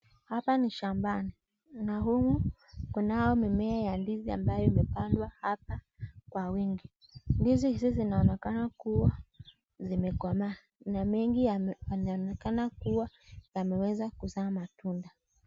Hapa ni shambani na humu kunao mimea ya ndizi ambayo imepandwa hapa kwa wingi, ndizi hizi zinaonekana kuwa zimekomaa na mengi yanaonekana kuwa yameweza kuzaa matunda.